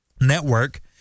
network